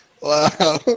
wow